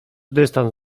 dystans